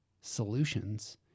solutions